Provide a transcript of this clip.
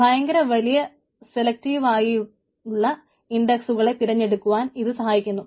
ഭയങ്കര വലിയ സെലക്ടീവിറ്റിയുള്ള ഇൻടക്സ്സുകളെ തിരഞ്ഞെടുക്കുവാൻ ഇത് സഹായിക്കുന്നു